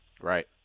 Right